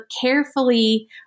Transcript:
carefully